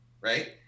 right